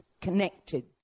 connected